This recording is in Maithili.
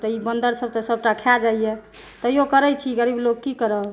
तऽ ई बन्दर सब तऽ सबटा खा जाइया तैयो करै छी गरीब लोक की करऽ